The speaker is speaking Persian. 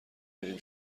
بریم